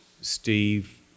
Steve